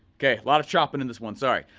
okay, a lot of chopping in this one, sorry.